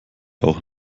auch